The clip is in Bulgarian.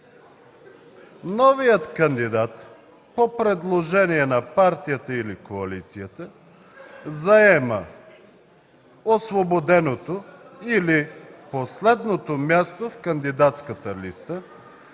„Новият кандидат по предложение на партията или коалицията заема освободеното или последното място в кандидатската листа,